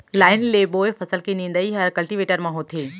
line ले बोए फसल के निंदई हर कल्टीवेटर म होथे